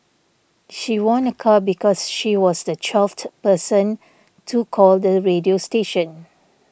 she won a car because she was the twelfth person to call the radio station